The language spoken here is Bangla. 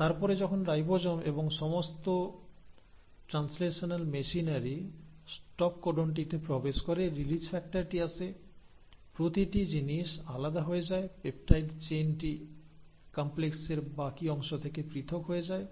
তারপরে যখন রাইবোজোম এবং সমস্ত ট্রান্সলেশনাল মেশিনারি স্টপ কোডনটিতে প্রবেশ করে রিলিজ ফ্যাক্টরটি আসে প্রতিটি জিনিস আলাদা হয়ে যায় পেপটাইড চেইনটি কমপ্লেক্সের বাকী অংশ থেকে পৃথক হয়ে যায়